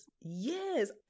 Yes